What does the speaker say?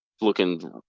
looking